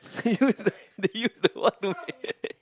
use the they use the what to make